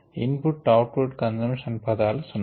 in put output consumption పదాలు సున్న